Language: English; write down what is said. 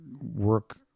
work